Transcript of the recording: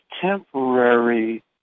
temporary